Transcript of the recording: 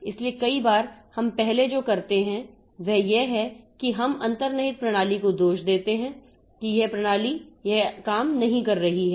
इसलिए कई बार हम पहले जो करते हैं वह यह है कि हम अंतर्निहित प्रणाली को दोष देते हैं कि यह प्रणाली यह काम नहीं कर रही है